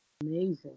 Amazing